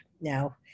Now